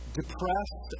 depressed